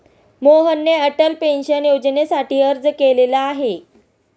मोहनने अटल पेन्शन योजनेसाठी अर्ज केलेला आहे